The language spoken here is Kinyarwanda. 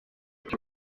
cyo